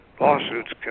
lawsuits